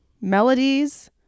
melodies